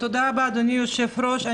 תודה רבה, אדוני היושב-ראש.